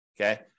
Okay